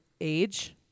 age